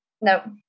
no